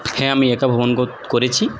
হ্যাঁ আমি একা ভ্রমণ করেছি